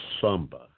Samba